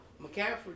McCaffrey